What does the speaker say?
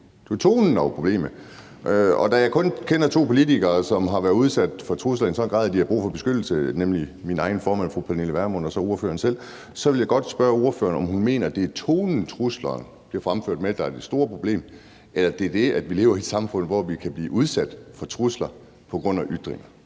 det var tonen, der var problemet. Og da jeg kun kender to politikere, som har været udsat for trusler i en sådan grad, at de har brug for beskyttelse, nemlig min egen formand, fru Pernille Vermund, og så ordføreren selv, vil jeg godt spørge ordføreren, om hun mener, det er tonen, som truslerne bliver fremført med, der er det store problem, eller om det er det, at vi lever i et samfund, hvor vi kan blive udsat for trusler på grund af ytringer.